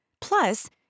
plus